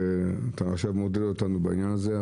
אתה עכשיו מעודד אותנו בעניין הזה.